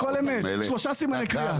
הכול אמת, שלושה סימני קריאה.